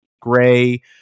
gray